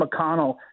McConnell